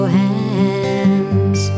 hands